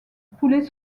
poulet